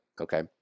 Okay